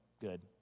good